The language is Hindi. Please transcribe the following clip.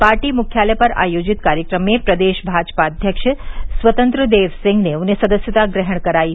पार्टी मुख्यालय पर आयोजित कार्यक्रम में प्रदेश भाजपा अध्यक्ष स्वतंत्र देव सिंह ने उन्हें सदस्यता ग्रहण करायी